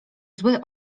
zły